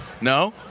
No